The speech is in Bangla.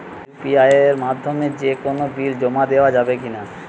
ইউ.পি.আই এর মাধ্যমে যে কোনো বিল জমা দেওয়া যাবে কি না?